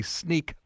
sneak